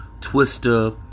Twister